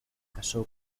casó